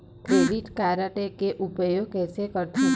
Credit card के उपयोग कैसे करथे?